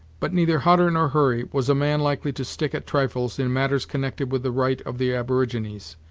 but neither hutter nor hurry was a man likely to stick at trifles in matters connected with the right of the aborigines,